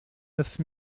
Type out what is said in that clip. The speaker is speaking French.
neuf